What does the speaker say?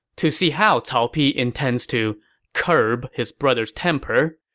to see how cao pi intends to curb his brother's temper,